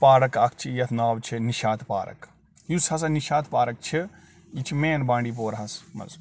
park اَکھ چھِ یَتھ ناو چھِ نِشاط پارک یُس ہَسا نِشاط پارک چھِ یہِ چھِ مین بانڈی پوراہَس منٛز